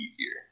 easier